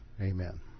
Amen